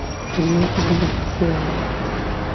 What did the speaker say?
three to five breaths here. listen.